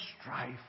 strife